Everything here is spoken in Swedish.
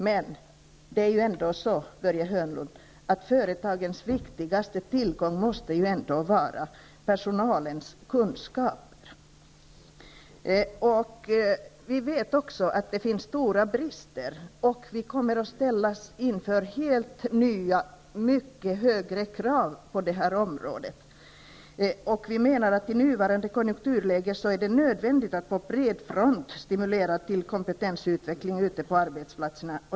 Men det är ju ändå så, Börje Hörnlund, att företagens viktigaste tillgång måste vara personalens kunskap. Vi vet också att det finns stora brister och att vi kommer att ställas inför helt nya mycket högre krav inom det här området. Vi menar att det i nuvarande konjunkturläge är nödvändigt att på bred front stimulera till kompetensutveckling ute på arbetsplatserna.